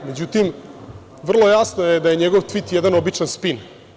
Međutim, vrlo je jasno da je njegov „tvit“ jedan običan spin.